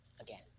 Again